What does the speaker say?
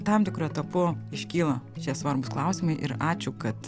tam tikru etapu iškyla šie svarbūs klausimai ir ačiū kad